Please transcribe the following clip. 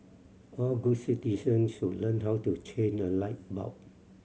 all good citizens should learn how to change a light bulb